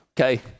okay